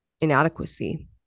inadequacy